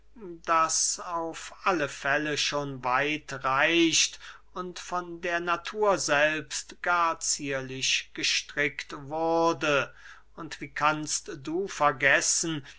das auf alle fälle schon weit reicht und von der natur selbst gar zierlich gestrickt wurde und wie kannst du vergessen